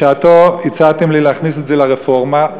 בשעתו הצעתם לי להכניס את זה לרפורמה,